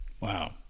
Wow